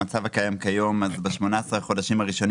המצב הקיים כיום ב-18 חודשים הראשונים